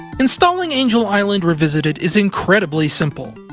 installing angel island revisited is incredibly simple.